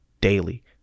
daily